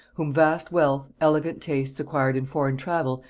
whom vast wealth, elegant tastes acquired in foreign travel,